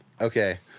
Okay